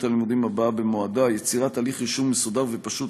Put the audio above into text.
הלימודים הבאה במועדה: יצירת תהליך רישום מסודר ופשוט,